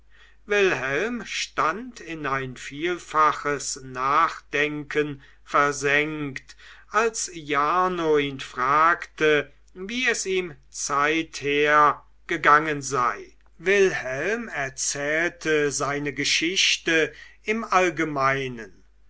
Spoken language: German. wilhelm stand in ein vielfaches nachdenken versenkt als jarno ihn fragte wie es ihm zeither gegangen sei wilhelm erzählte seine geschichte im allgemeinen